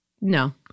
no